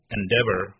endeavor